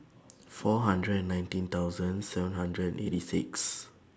four hundred and nineteen thousand seven hundred and eighty six